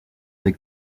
des